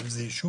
אם זה יישוב,